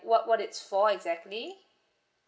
what what it's for exactly